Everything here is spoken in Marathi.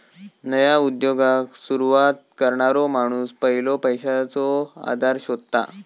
नया उद्योगाक सुरवात करणारो माणूस पयलो पैशाचो आधार शोधता